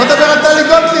בואו נדבר על טלי גוטליב.